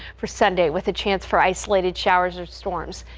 for sunday with a chance for isolated showers or storms.